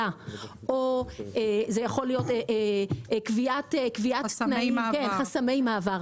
יכולה להיות קביעת חסמי מעבר,